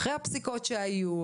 אחרי הפסיקות שהיו,